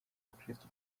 abakristu